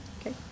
Okay